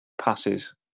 passes